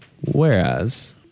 whereas